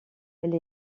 elle